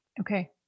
Okay